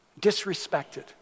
disrespected